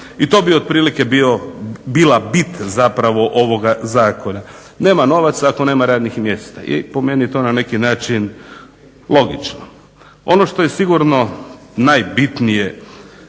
i to bi otprilike bila bit zapravo ovoga zakona. Nema novaca ako nema radnih mjesta i po meni je to na neki način logično. Ono što je sigurno najbitnije